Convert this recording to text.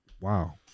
Wow